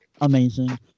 amazing